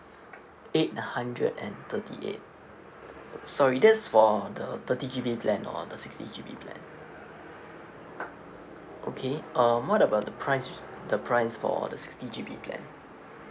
eight hundred and thirty eight sorry that's for the thirty G_B plan or the sixty G_B plan okay um what about the price the price for the sixty G_B plan